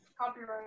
Copyright